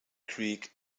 creek